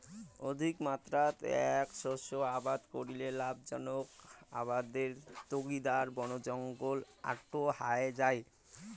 অধিকমাত্রাত এ্যাক শস্য আবাদ করিলে লাভজনক আবাদের তাগিদাত বনজঙ্গল আটো হয়া যাই